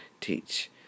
teach